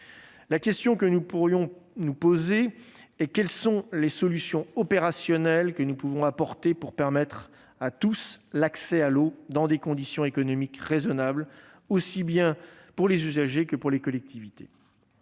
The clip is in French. La question que nous pourrions nous poser est la suivante : quelles sont les solutions opérationnelles que nous pouvons apporter pour permettre à tous l'accès à l'eau dans des conditions économiques raisonnables, aussi bien pour les usagers que pour les collectivités